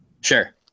Sure